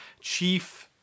chief